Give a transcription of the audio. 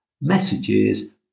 messages